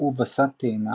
וווסת טעינה